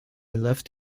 left